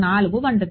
4 వంటిది